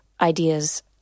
ideas